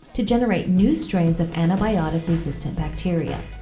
to generate new strains of antibiotic resistant bacteria.